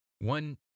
One